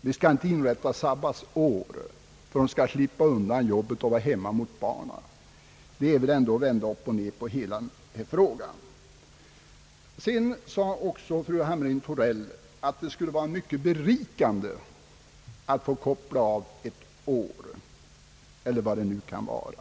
Det skall inte inrättas sabbatsår för att hon skall få vara hemma hos barnen. Det vore väl ändå att vända upp och ned på hela denna fråga. Fru Hamrin-Thorell sade vidare att det skulle vara mycket berikande att få koppla av ett år — eller hur lång tid det nu kunde bli.